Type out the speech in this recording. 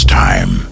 time